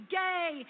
gay